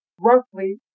roughly